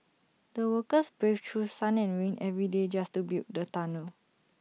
the workers braved through sun and rain every day just to build the tunnel